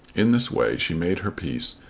in this way she made her peace,